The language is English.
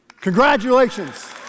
Congratulations